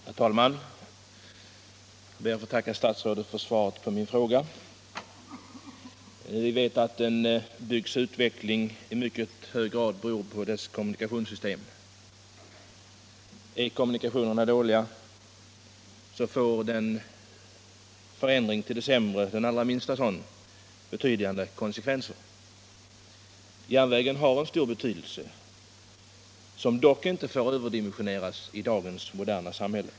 Herr talman! Jag ber att få tacka statsrådet för svaret på min fråga. Vi vet att en bygds utveckling i mycket hög grad beror på dess kommunikationssystem. Är kommunikationerna redan dåliga, så får även den allra minsta förändring till det sämre betydande konsekvenser. Järnvägen har stor betydelse — men den skall ändå inte överdimensioneras i dagens moderna samhälle.